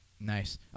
Nice